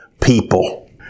people